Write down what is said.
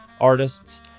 artists